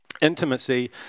Intimacy